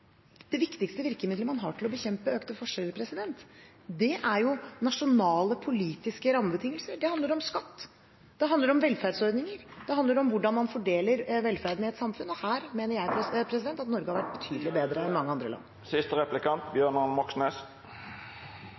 Det viktigste virkemiddelet man har til å bekjempe økte forskjeller, er nasjonale politiske rammebetingelser. Det handler om skatt. Det handler om velferdsordninger. Det handler om hvordan man fordeler velferden i et samfunn. Og her mener jeg Norge har vært betydelig bedre enn veldig mange andre land.